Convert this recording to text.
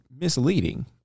misleading